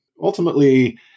Ultimately